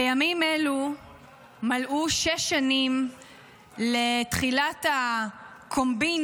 בימים אלו מלאו שש שנים לתחילת הקומבינה,